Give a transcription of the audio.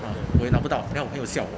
ah 我也拿不到 then 我朋友笑我